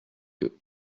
eux